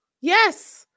yes